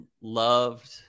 loved